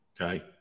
okay